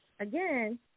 again